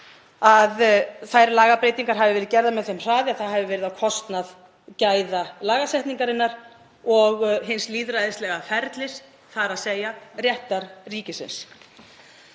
að þær lagabreytingar hafi verið gerðar með þeim hraði að það hafi verið á kostnað gæða lagasetningarinnar og hins lýðræðislega ferlis, þ.e. réttarríkisins.